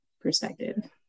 perspective